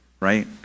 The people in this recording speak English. right